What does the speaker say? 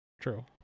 True